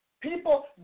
People